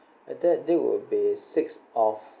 that that date will be sixth of